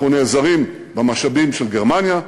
אנחנו נעזרים במשאבים של גרמניה,